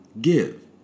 give